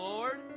Lord